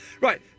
Right